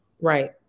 Right